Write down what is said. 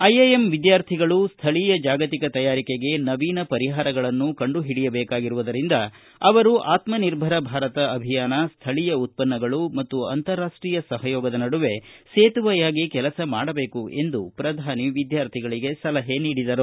IIM ವಿದ್ಯಾರ್ಥಿಗಳು ಸ್ಥಳೀಯ ಜಾಗತಿಕ ತಯಾರಿಕೆಗೆ ನವೀನ ಪರಿಹಾರಗಳನ್ನು ಕಂಡುಹಿಡಿಯಬೇಕಾಗಿರುವುದರಿಂದ ಅವರು ಆತ್ಮನಿರ್ಭರ ಭಾರತ ಅಭಿಯಾನ ಸ್ವೀಯ ಉತ್ಪನ್ನಗಳು ಮತ್ತು ಅಂತಾರಾಷ್ಷೀಯ ಸಹಯೋಗದ ನಡುವೆ ಸೇತುವೆಯಾಗಿ ಕೆಲಸ ಮಾಡಬೇಕು ಎಂದು ಪ್ರಧಾನಿ ಸಲಹೆ ನೀಡಿದರು